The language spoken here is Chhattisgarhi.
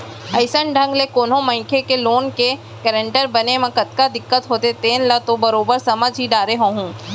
अइसन ढंग ले कोनो मनखे के लोन के गारेंटर बने म कतका दिक्कत होथे तेन ल तो बरोबर समझ ही डारे होहूँ